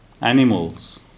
animals